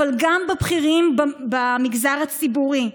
אבל גם של בכירים במגזר הציבורי.